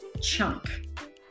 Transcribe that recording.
chunk